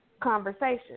Conversation